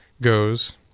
goes